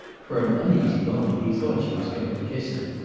for an uneasy moment he thought she was going to kiss him.